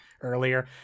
earlier